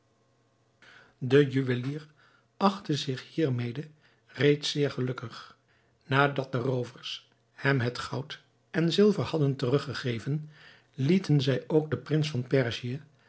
de juwelier achtte zich hiermede reeds zeer gelukkig nadat de roovers hem het goud en zilver hadden teruggegeven lieten zij ook den prins van perzië